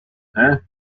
hein